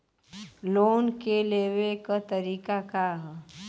Loan के लेवे क तरीका का ह?